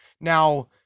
Now